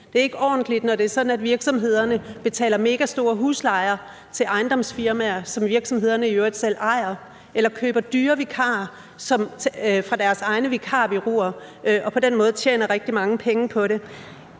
Det er ikke ordentligt, når det er sådan, at virksomhederne betaler megastore huslejer til ejendomsfirmaer, som virksomhederne i øvrigt selv ejer, eller køber dyre vikarer fra deres egne vikarbureauer og på den måde tjener rigtig mange penge på det.